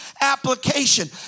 application